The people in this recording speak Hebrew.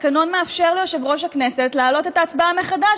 התקנון מאפשר ליושב-ראש הכנסת להעלות את ההצבעה מחדש.